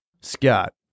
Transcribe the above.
Scott